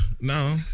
No